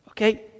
Okay